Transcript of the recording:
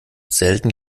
selten